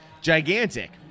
gigantic